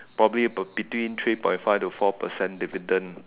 probably be between three point five to four percent dividend